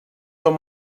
són